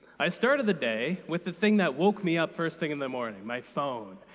i started the day with the thing that woke me up first thing in the morning, my phone,